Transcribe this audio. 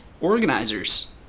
organizers